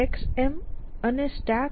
xM અને StackN